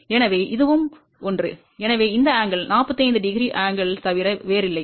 எனவே இதுவும் இதுவும் ஒன்று எனவே இந்த கோணம் 45º கோணத்தைத் தவிர வேறில்லை